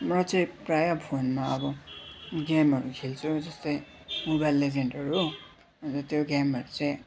म चाहिँ प्राय फोनमा अब गेमहरू खेल्छु जस्तै मोबाइल लेजेन्डहरू हो त्यो गेमहरू चाहिँ